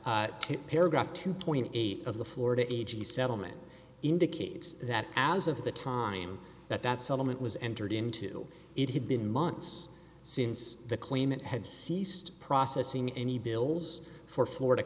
to paragraph two point eight of the florida a g settlement indicates that as of the time that that settlement was entered into it had been months since the claimant had ceased processing any bills for flor